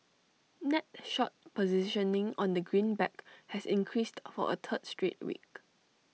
net short positioning on the greenback has increased for A third straight week